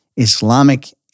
Islamic